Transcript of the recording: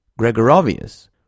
Gregorovius